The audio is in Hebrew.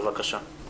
בבקשה.